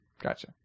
Gotcha